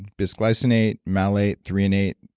bisglycinate, malate, threonate,